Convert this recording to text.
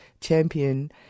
champion